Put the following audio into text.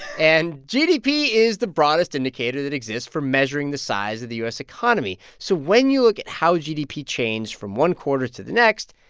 and gdp is the broadest indicator that exists for measuring the size of the u s. economy. so when you look at how gdp changed from one quarter to the next,